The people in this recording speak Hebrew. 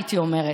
הייתי אומרת.